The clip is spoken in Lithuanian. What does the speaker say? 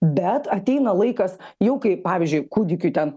bet ateina laikas jau kaip pavyzdžiui kūdikiui ten